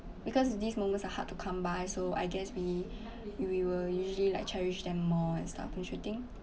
because these moments are hard to come by so I guess we we will usually like cherish them more and start appreciating